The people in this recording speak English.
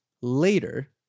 later